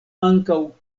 ankaŭ